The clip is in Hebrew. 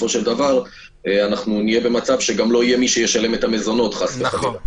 נהיה במצב שלא יהיה מי שישלם את המזונות חלילה,